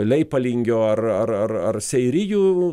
leipalingio ar ar ar ar seirijų